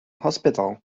hospital